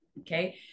Okay